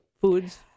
foods